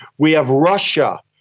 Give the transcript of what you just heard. we have russia,